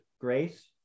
Grace